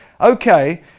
okay